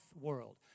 world